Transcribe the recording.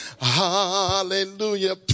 Hallelujah